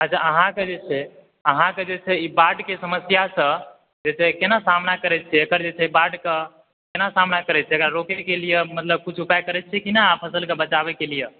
अच्छा अहाँकेॅं जे छै अहाँकेॅं जे छै ई बाढिके समस्यासॅं जे छै केना सामना करै छियै एकर जे छै बाढिके केना सामना करै छियै अगर एक़रा रोकय के लिये मतलब किछु उपाय करै छियै की नहि फसलके बचाबै के लिये